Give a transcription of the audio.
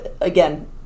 again